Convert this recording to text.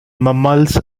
mammals